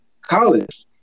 college